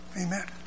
Amen